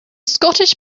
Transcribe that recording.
scottish